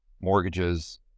mortgages